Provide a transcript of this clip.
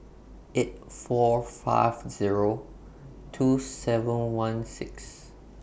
eight four five Zero two seven one six